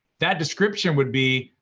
that description would be,